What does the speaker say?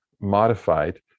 modified